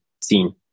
seen